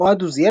אוהד עוזיאל,